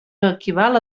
equival